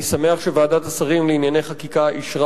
אני שמח שוועדת השרים לענייני חקיקה אישרה